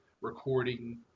recording